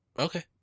Okay